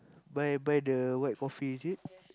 buy buy the white coffee is it